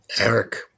Eric